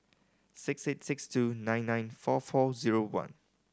six eight six two nine nine four four zero one